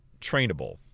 trainable